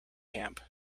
camp